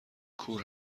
کور